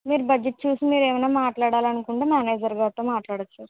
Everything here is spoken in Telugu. మీరు బడ్జెట్ చూసి మీరు ఏమన్నా మాట్లాడాలి అనుకుంటే మ్యానేజర్ గారితో మాట్లాడొచ్చు